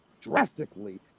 drastically